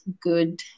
good